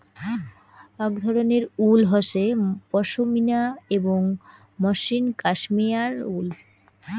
আক ধরণের উল হসে পশমিনা এবং মসৃণ কাশ্মেয়ার উল